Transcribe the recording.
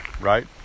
right